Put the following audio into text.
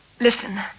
Listen